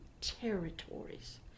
territories